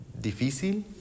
difícil